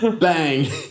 bang